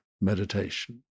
meditation